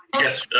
yes,